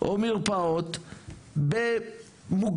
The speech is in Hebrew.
או מרפאות במוגדל,